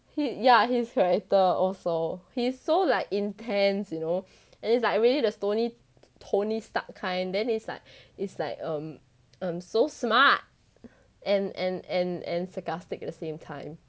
yeah his character also he's so like intense you know and it's like really the tony tony stark kind then he's like he's like um um so smart and and and and sarcastic at the same time